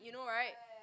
you know right